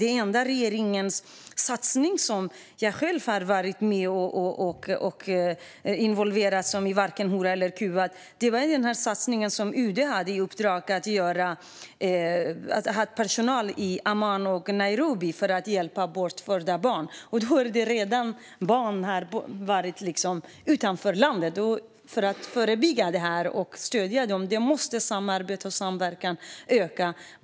Den enda satsning som regeringen har gjort och som jag själv varit involverad i genom Varken hora eller kuvad var den satsning som UD fick i uppdrag att göra i Amman och Nairobi, där de hade personal för att hjälpa barn som redan förts ut ur landet. För att förebygga och stödja måste samarbetet och samverkan öka.